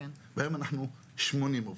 והיום אנחנו 80 עובדים.